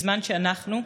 בזמן שאנחנו,